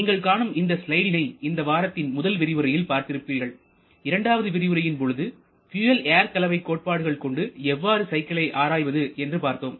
நீங்கள் காணும் இந்த ஸ்லைடினை இந்த வாரத்தின் முதல் விரிவுரையில் பார்த்திருப்பீர்கள் இரண்டாவது விரிவுரையின் பொழுது பியூயல் ஏர் கலவை கோட்பாடுகள் கொண்டு எவ்வாறு சைக்கிளை ஆராய்வது என்று பார்த்தோம்